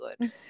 good